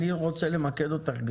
אני רוצה למקד אותך.